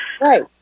Right